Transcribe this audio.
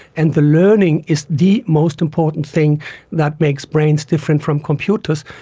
and the learning is the most important thing that makes brains different from computers,